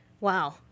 Wow